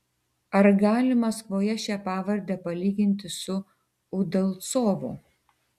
ar gali maskvoje šią pavardę palyginti su udalcovo